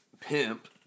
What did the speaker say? Pimp